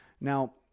Now